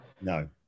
No